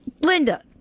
Linda